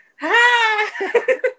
Hi